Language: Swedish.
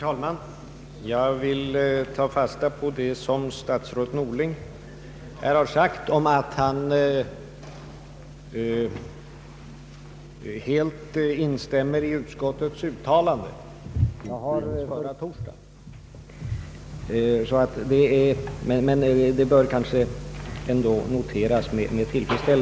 Herr talman! Det var jag som var orsaken till resonemanget i denna fråga i torsdags, herr statsråd. Jag är tacksam för det förtydligande vi nu har fått av kommunikationsministern.